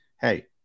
hey